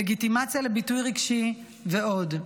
לגיטימציה לביטוי רגשי ועוד.